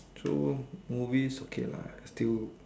so movies okay lah still